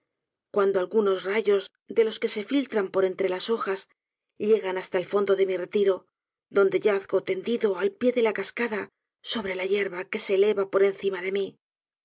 cuando algunos rayos de los que se filtran por entre las hojas llegan hasta el fondo de mi retiro donde yazgo tendido al pie de la cascada sobre la yerba que se eleva por encima de mí